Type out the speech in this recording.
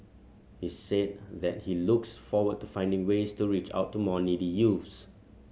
he said that he looks forward to finding ways to reach out to more needy youths